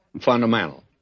fundamental